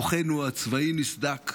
כוחנו הצבאי נסדק,